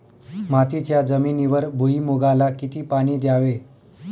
मातीच्या जमिनीवर भुईमूगाला किती पाणी द्यावे?